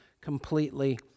completely